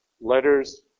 letters